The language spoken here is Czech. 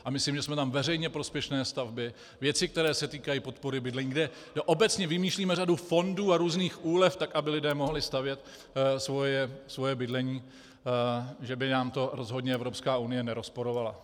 A myslím, že jsme tam veřejně prospěšné stavby, věci, které se týkají podpory bydlení, kde obecně vymýšlíme řadu fondů a různých úlev tak, aby lidé mohli stavět svoje bydlení, že by nám to rozhodně Evropská unie nerozporovala.